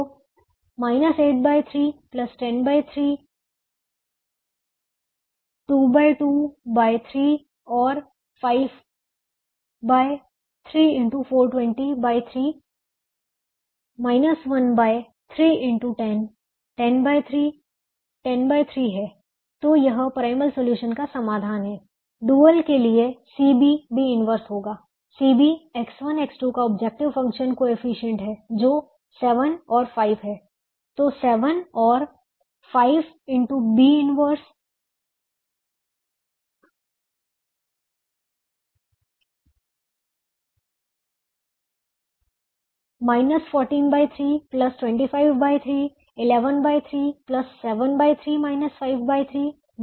तो 8 3 103 22 3 और 5 3 1 103 10 3 है तो यह प्राइमल सॉल्यूशन का समाधान है डुअल के लिए CB B 1 होगा CB X1 X2 का ऑब्जेक्टिव फंक्शन कोएफिशिएंट है जो 7 और 5 है तो 7 और 14 3 253 113 73 53 यह 23 है